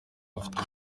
bafite